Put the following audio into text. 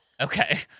Okay